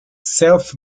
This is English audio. self